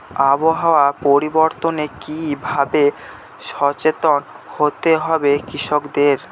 আবহাওয়া পরিবর্তনের কি ভাবে সচেতন হতে হবে কৃষকদের?